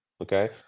Okay